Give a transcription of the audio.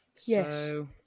Yes